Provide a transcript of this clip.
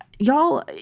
Y'all